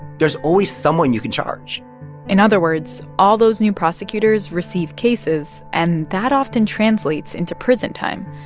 there's always someone you can charge in other words, all those new prosecutors receive cases, and that often translates into prison time.